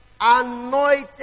Anointed